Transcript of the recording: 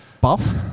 Buff